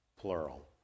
plural